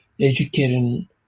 educating